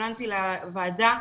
כשהתכוננתי לוועדה,